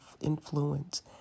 influence